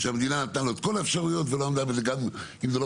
שהמדינה נתנה לו את כל האפשרויות ולא עמדה בה גם אם זה לא